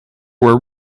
were